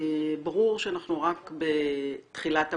ברור שאנחנו רק בתחילת המהפכה,